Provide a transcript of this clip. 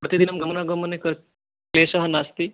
प्रतिदिनं गमनागमने क क्लेशः नास्ति